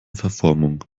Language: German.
verformung